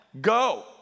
go